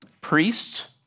Priests